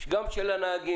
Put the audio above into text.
גם של הנהגים,